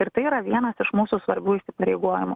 ir tai yra vienas iš mūsų svarbių įsipareigojimų